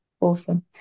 awesome